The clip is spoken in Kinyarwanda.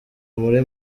muri